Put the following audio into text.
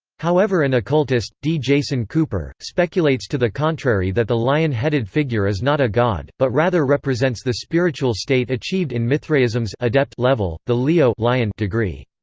however an occultist, d. jason cooper, speculates to the contrary that the lion-headed figure is not a god, but rather represents the spiritual state achieved in mithraism's adept level, the leo like and degree.